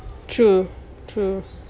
true true